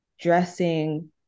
dressing